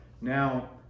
Now